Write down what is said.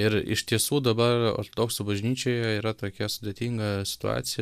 ir iš tiesų dabar ortodoksų bažnyčioje yra tokia sudėtinga situacija